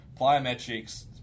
Plyometrics